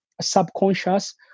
subconscious